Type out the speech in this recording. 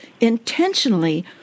intentionally